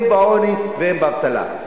אם בעוני ואם באבטלה.